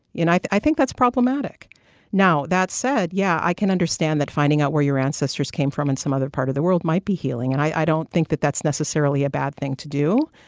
i i think that's problematic now that said, yeah, i can understand that finding out where your ancestors came from in some other part of the world might be healing. and i don't think that that's necessarily a bad thing to do,